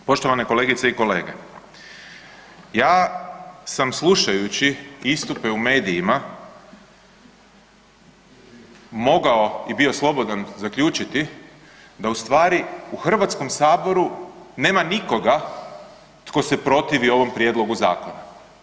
Poštovane kolegice i kolege, ja sam slušajući istupe u medijima mogao i bio slobodan zaključiti da ustvari u Hrvatskom saboru nema nikoga tko se protivi ovom prijedlogu zakona.